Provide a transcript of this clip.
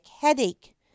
headache